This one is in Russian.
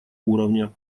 уровне